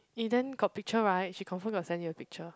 eh then got picture right she confirm got send you the picture